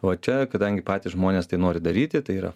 va čia kadangi patys žmonės tai nori daryti tai yra